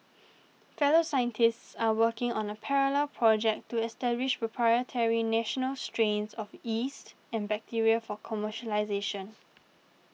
fellow scientists are working on a parallel project to establish proprietary national strains of yeast and bacteria for commercialisation